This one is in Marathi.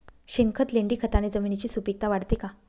शेणखत, लेंडीखताने जमिनीची सुपिकता वाढते का?